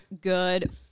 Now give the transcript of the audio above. good